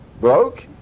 broke